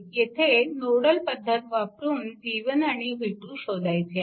येथे नोडल पद्धत वापरून v1 आणि v2 शोधायचे आहेत